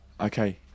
Okay